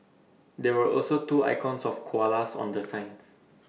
there were also two icons of koalas on the signs